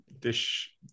dish